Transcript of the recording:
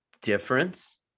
difference